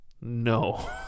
No